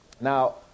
Now